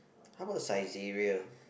how about Saizeriya